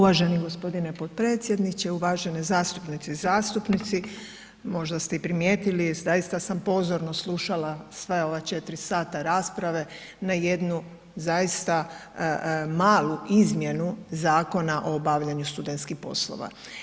Uvaženi gospodine potpredsjedniče, uvažene zastupnice i zastupnici možda ste i primijetili zaista sam pozorno slušala sva ova 4 sata rasprave, na jednu zaista malu izmjenu Zakona o obavljanju studentskih poslova.